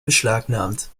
beschlagnahmt